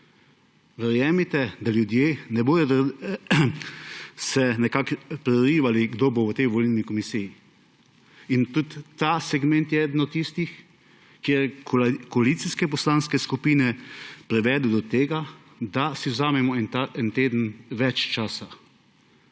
Verjemite, da ljudje se ne bodo nekako prerivali, kdo bo v tej volilni komisiji. In tudi ta segment je eden od tistih, ki je koalicijske poslanske skupine privedel do tega, da si vzamemo en teden več časa.